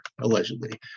allegedly